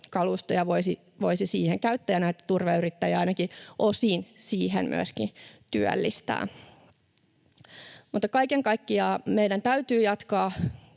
kalustoja voisi siihen käyttää ja näitä turveyrittäjiä ainakin osin siihen myöskin työllistää. Kaiken kaikkiaan meidän täytyy jatkaa